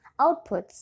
outputs